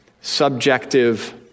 subjective